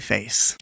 Face